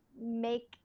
make